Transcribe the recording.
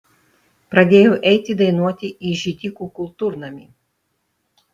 pradėjau eiti dainuoti į židikų kultūrnamį